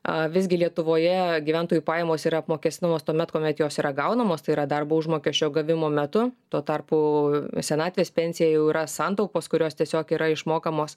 a visgi lietuvoje gyventojų pajamos yra apmokestinamos tuomet kuomet jos yra gaunamos tai yra darbo užmokesčio gavimo metu tuo tarpu senatvės pensija jau yra santaupos kurios tiesiog yra išmokamos